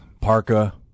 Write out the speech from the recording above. parka